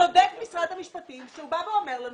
צודק משרד המשפטים כשהוא בא ואומר לנו